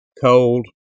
Cold